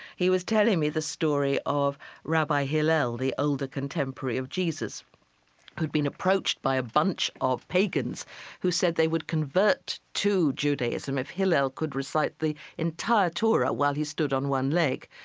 he was telling me the story of rabbi hillel, the older contemporary of jesus who'd been approached by a bunch of pagans who said they would convert to judaism if hillel could recite the entire torah while he stood on one leg.